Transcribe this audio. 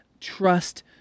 trust